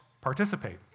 participate